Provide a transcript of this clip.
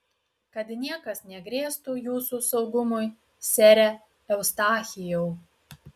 kad niekas negrėstų jūsų saugumui sere eustachijau